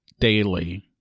Daily